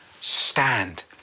stand